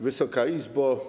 Wysoka Izbo!